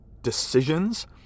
decisions